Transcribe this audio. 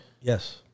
Yes